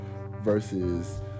versus